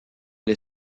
les